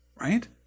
right